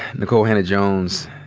nikole hannah-jones,